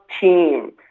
team